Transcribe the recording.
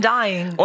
dying